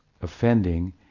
offending